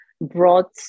brought